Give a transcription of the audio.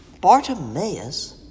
Bartimaeus